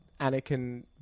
Anakin